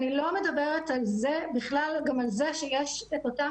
אני לא מדברת על זה שיש את אותם